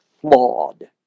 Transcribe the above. flawed